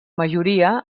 majoria